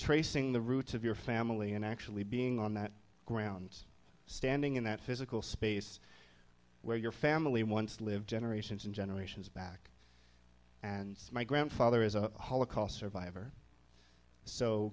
tracing the roots of your family and actually being on that ground standing in that physical space where your family once lived generations and generations back and my grandfather is a holocaust survivor so